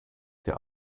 der